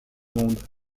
monde